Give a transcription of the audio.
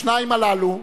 השניים הללו,